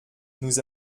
nous